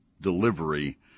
delivery